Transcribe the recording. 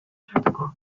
osatuko